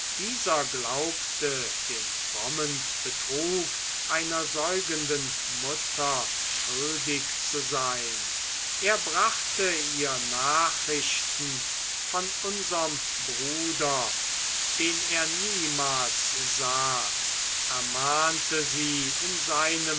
dieser glaubte den frommen betrug einer säugenden mutter schuldig zu sein er brachte ihr nachrichten von unserm bruder den er niemals sah ermahnte sie in seinem